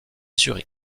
zurich